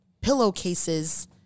pillowcases